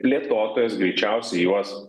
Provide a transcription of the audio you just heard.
plėtotojas greičiausiai juos